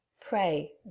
Pray